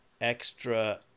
extra